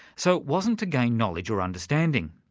so it wasn't to gain knowledge or understanding.